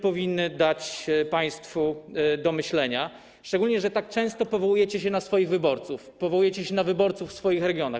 powinny dać państwu do myślenia, szczególnie że tak często powołujecie się na swoich wyborców, powołujecie się na wyborców w swoich regionach.